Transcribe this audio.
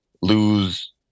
lose